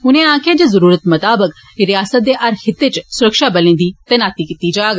उनें आखेआ जे जरूरत मताबक रिआसत दे हर खित्ते च सुरक्षाबलें गी तैनात कीता जाग